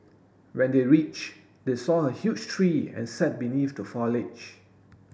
when they reach they saw a huge tree and sat beneath the foliage